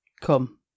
Come